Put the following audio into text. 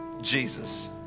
Jesus